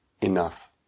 enough